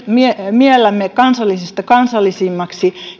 miellämme kansallisista kansallisimmaksi